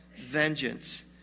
vengeance